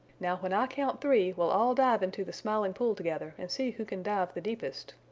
now when i count three we'll all dive into the smiling pool together and see who can dive the deepest.